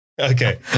Okay